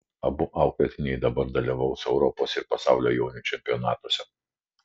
abu auklėtiniai dabar dalyvaus europos ir pasaulio jaunių čempionatuose